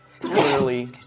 clearly